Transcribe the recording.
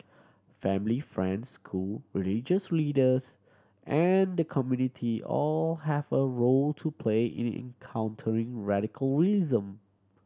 family friends school religious leaders and the community all have a role to play it in countering